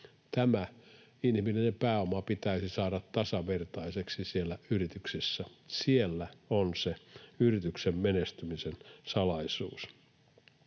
Tämä inhimillinen pääoma pitäisi saada tasavertaiseksi siellä yrityksissä. Siellä on se yrityksen menestymisen salaisuus.